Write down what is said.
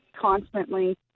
constantly